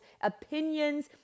opinions